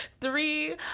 three